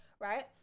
right